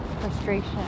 frustration